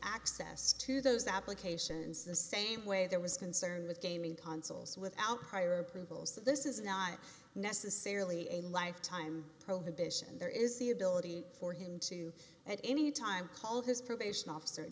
access to those applications the same way there was concern with gaming consuls without prior approval so this is not necessarily a lifetime prohibition and there is the ability for him to at any time call his probation officer